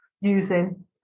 using